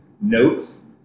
notes